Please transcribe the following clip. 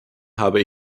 habe